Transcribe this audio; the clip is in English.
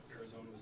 Arizona